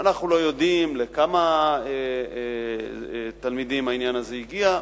אנחנו לא יודעים לכמה תלמידים המידע הזה הגיע,